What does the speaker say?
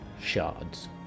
shards